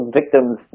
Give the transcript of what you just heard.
victims